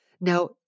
Now